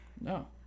No